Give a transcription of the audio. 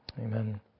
Amen